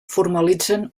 formalitzen